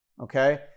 Okay